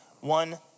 one